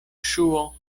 ŝuo